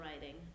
writing